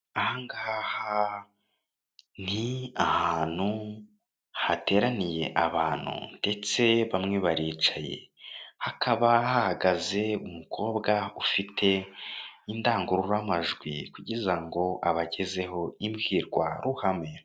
Aha ngaha ni ahantu hateraniye abantu ndetse bamwe baricaye hakaba hahagaze umukobwa ufite indangururamajwi kugira ngo abagezeho imbwirwaruhame.